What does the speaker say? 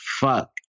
fuck